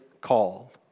call